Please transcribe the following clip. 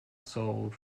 sold